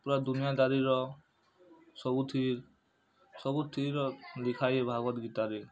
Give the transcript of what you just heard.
ପୁରା ଦୁନିଆ ଦାରି ର ସବୁ ଥିର୍ ସବୁ ଥିର୍ ର ଲିଖା ଏ ଭାଗବତ୍ ଗୀତା ରେ